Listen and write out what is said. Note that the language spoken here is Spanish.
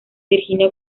virginia